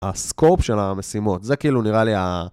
הסקופ של המשימות, זה כאילו נראה לי ה...